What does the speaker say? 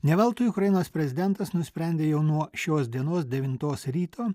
ne veltui ukrainos prezidentas nusprendė jau nuo šios dienos devintos ryto